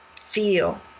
feel